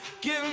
Give